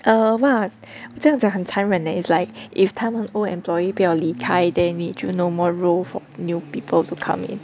err !wah! 这样子很残忍 leh is like if 他的 old employee 不要离开 then 你就 no more role for new people to come in